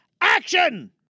Action